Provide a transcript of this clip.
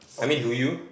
I mean do you